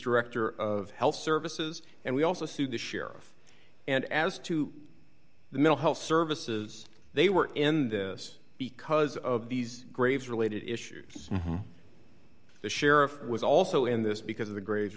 director of health services and we also sued the sheriff and as to the mill health services they were in this because of these graves related issues the sheriff was also in this because of the grades